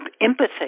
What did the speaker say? empathy